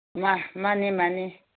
ꯃꯥꯅꯦ ꯃꯥꯅꯦ